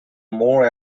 more